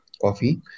coffee